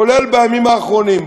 כולל בימים האחרונים,